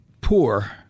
poor –